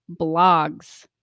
blogs